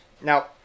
Now